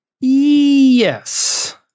Yes